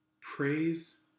Praise